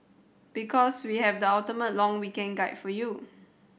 because we have the ultimate long weekend guide for you